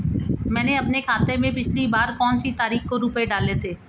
मैंने अपने खाते में पिछली बार कौनसी तारीख को रुपये डाले थे?